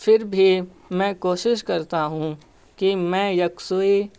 پھر بھی میں کوشش کرتا ہوں کہ میں یکسوئی